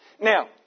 Now